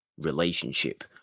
relationship